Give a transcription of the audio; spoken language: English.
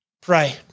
pray